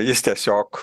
jis tiesiog